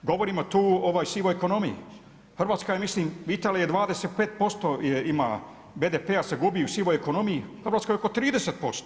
Govorimo tu o sivoj ekonomiji, Hrvatska je mislim, Italija 25% ima BDP-a se gubi u sivoj ekonomiji, u Hrvatskoj oko 30%